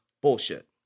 Bullshit